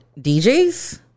DJs